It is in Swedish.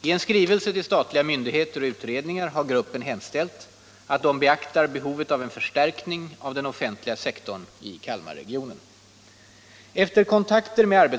I en skrivelse till statliga myndigheter och utredningar har gruppen hemställt att dessa beaktar behovet av en förstärkning av den offentliga sektorn i Kalmarregionen.